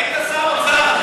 היית שר האוצר.